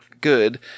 good